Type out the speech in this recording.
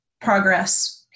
progress